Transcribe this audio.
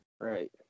Right